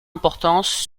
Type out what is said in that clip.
importance